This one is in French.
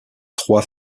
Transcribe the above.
trois